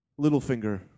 Littlefinger